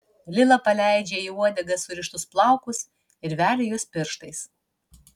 lila paleidžia į uodegą surištus plaukus ir velia juos pirštais